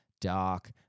dark